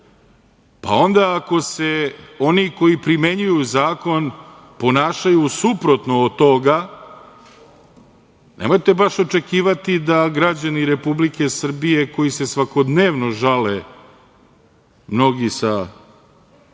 pa onda ako se oni koji primenjuju zakon ponašaju suprotno od toga, nemojte baš očekivati da građani Republike Srbije koji se svakodnevno žale, mnogi sa